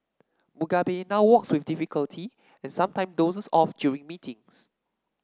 Mugabe now walks with difficulty and sometimes dozes off during meetings